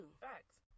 Facts